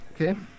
okay